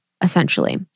essentially